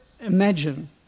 imagine